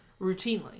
Routinely